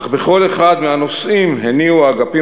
אך בכל אחד מהנושאים הניעו האגפים